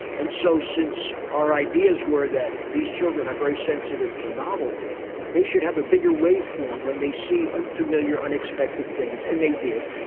and so since our ideas were that these children are very sensitive to novelty they should have a bigger wave form when they see unfamiliar unexpected things and they did.